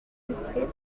illustrés